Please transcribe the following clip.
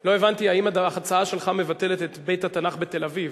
לא הבנתי האם ההצעה שלך מבטלת את בית התנ"ך בתל-אביב?